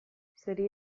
zeri